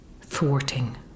Thwarting